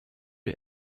est